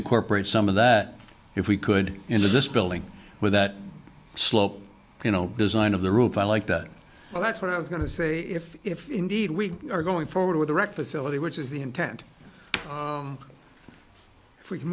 incorporate some of that if we could into this building with that slope you know design of the roof i like that well that's what i was going to say if indeed we are going forward with a wrecked facility which is the intent if we can